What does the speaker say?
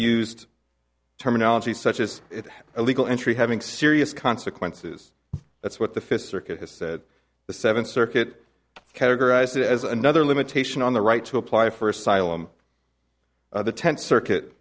used terminology such as illegal entry having serious consequences that's what the fifth circuit has said the seventh circuit categorized as another limitation on the right to apply for asylum the tenth circuit